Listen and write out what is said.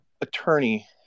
attorney